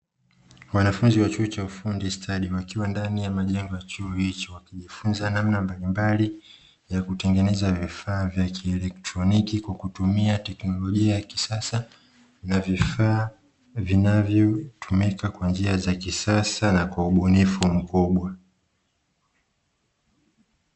Wanafunzi wa chuo cha ufundi stadi, wakiwa ndani ya majengo ya chuo hicho, wakijifunza namna mbalimbali ya kutengeneza vifaa vya kielektroniki kwa kutumia teknolojia ya kisasa na vifaa vinavyotumika kwa njia za kisasa za ubunifu mkubwa.